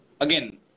again